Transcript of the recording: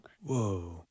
Whoa